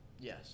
Yes